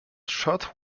shot